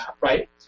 right